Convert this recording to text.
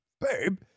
Babe